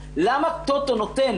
למה טוטו נותן